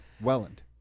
Welland